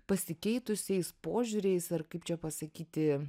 pasikeitusiais požiūriais ar kaip čia pasakyti